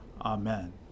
Amen